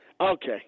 Okay